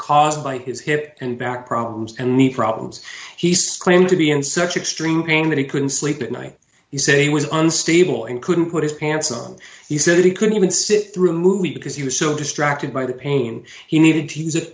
caused by his hip and back problems and need problems he's claimed to be in such extreme pain that he couldn't sleep at night you say was unstable and couldn't put his pants on he said he couldn't even sit through a movie because he was so distracted by the pain he needed to